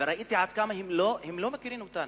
וראיתי עד כמה הם לא מכירים אותנו.